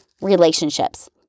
relationships